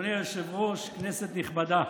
אדוני היושב-ראש, כנסת נכבדה,